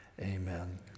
amen